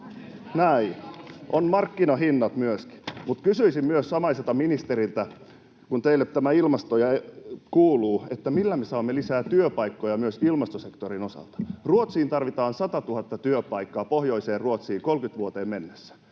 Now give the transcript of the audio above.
Näin, on markkinahinnat myöskin. Mutta kysyisin myös samaiselta ministeriltä, kun teille tämä ilmasto kuuluu, millä me saamme lisää työpaikkoja myös ilmastosektorin osalta. Pohjoiseen Ruotsiin tarvitaan satatuhatta työpaikkaa vuoteen 30 mennessä.